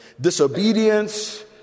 disobedience